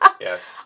Yes